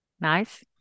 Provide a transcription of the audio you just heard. Nice